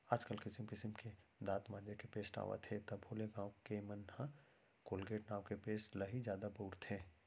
आज काल किसिम किसिम के दांत मांजे के पेस्ट आवत हे तभो ले गॉंव के मन ह कोलगेट नांव के पेस्ट ल ही जादा बउरथे